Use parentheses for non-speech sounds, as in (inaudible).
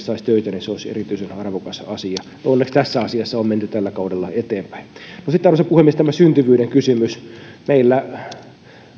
(unintelligible) saisi töitä se olisi erityisen arvokas asia onneksi tässä asiassa on menty tällä kaudella eteenpäin sitten arvoisa puhemies tämä syntyvyyden kysymys meillä